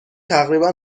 تقریبا